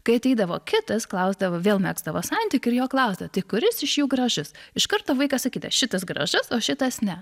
kai ateidavo kitas klausdavo vėl megzdavo santykį ir jo klausdavo tai kuris iš jų gražus iš karto vaikas sakydavo šitas gražus o šitas ne